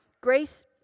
Grace